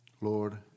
Lord